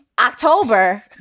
October